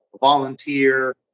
volunteer